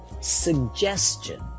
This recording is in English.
Suggestion